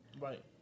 Right